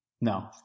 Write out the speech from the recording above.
No